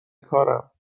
کارم